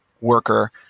worker